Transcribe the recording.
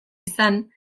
izan